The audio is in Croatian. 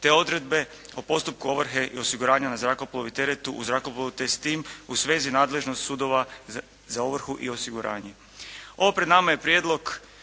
te odredbe o postupku ovrhe i osiguranja na zrakoplovu i teretu u zrakoplovu te s tim u svezi nadležnost sudova za ovrhu i osiguranje. Ovo pred nama je prijedlog